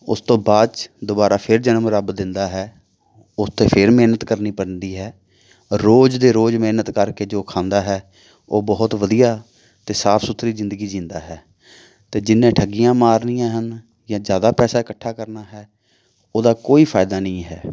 ਉਸ ਤੋਂ ਬਾਅਦ 'ਚ ਦੁਬਾਰਾ ਫਿਰ ਜਨਮ ਰੱਬ ਦਿੰਦਾ ਹੈ ਉਸ 'ਤੇ ਫਿਰ ਮਿਹਨਤ ਕਰਨੀ ਪੈਂਦੀ ਹੈ ਰੋਜ਼ ਦੇ ਰੋਜ਼ ਮਿਹਨਤ ਕਰਕੇ ਜੋ ਖਾਂਦਾ ਹੈ ਉਹ ਬਹੁਤ ਵਧੀਆ ਅਤੇ ਸਾਫ ਸੁਥਰੀ ਜ਼ਿੰਦਗੀ ਜਿਉਂਦਾ ਹੈ ਅਤੇ ਜਿਹਨੇ ਠੱਗੀਆਂ ਮਾਰਨੀਆਂ ਹਨ ਜਾਂ ਜ਼ਿਆਦਾ ਪੈਸਾ ਇਕੱਠਾ ਕਰਨਾ ਹੈ ਉਹਦਾ ਕੋਈ ਫਾਇਦਾ ਨਹੀਂ ਹੈ